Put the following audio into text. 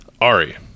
Ari